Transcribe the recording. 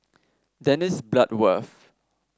Dennis Bloodworth